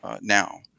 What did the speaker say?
Now